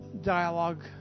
dialogue